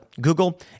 Google